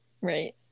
Right